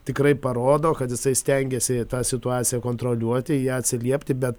tikrai parodo kad jisai stengėsi tą situaciją kontroliuoti į ją atsiliepti bet